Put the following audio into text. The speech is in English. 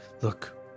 Look